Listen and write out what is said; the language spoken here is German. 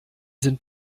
sind